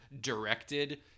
directed